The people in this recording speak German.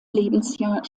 lebensjahr